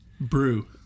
Brew